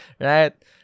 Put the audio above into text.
right